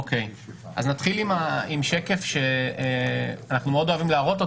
נתחיל בשקף שאנחנו מאוד אוהבים להראות,